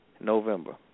November